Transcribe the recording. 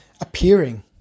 appearing